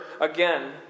again